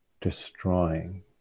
destroying